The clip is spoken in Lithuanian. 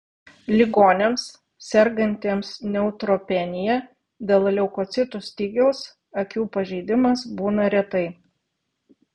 ligoniams sergantiems neutropenija dėl leukocitų stygiaus akių pažeidimas būna retai